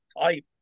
Type